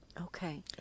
okay